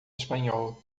espanhol